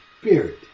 spirit